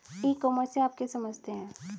ई commerce से आप क्या समझते हैं?